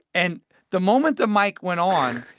and the moment the mic went on,